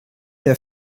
der